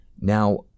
Now